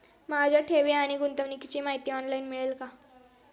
माझ्या ठेवी आणि गुंतवणुकीची माहिती ऑनलाइन मिळेल का?